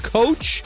coach